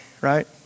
right